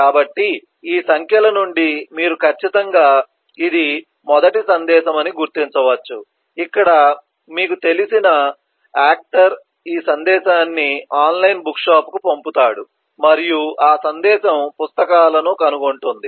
కాబట్టి ఈ సంఖ్యల నుండి మీరు ఖచ్చితంగా ఇది మొదటి సందేశం అని గుర్తించవచ్చు ఇక్కడ మీకు తెలిసిన ఆక్టర్ ఈ సందేశాన్ని ఆన్లైన్ బుక్షాప్కు పంపుతాడు మరియు ఆ సందేశం పుస్తకాలను కనుగొంటుంది